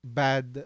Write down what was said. bad